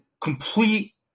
complete